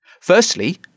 Firstly